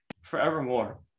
forevermore